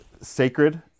sacred